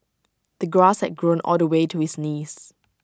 the grass had grown all the way to his knees